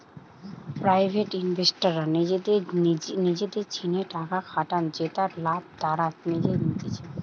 private ইনভেস্টররা নিজেদের জিনে টাকা খাটান জেতার লাভ তারা নিজেই নিতেছে